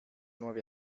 nuovi